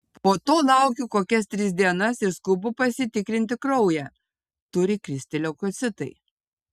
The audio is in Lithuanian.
po to laukiu kokias tris dienas ir skubu pasitikrinti kraują turi kristi leukocitai